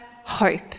hope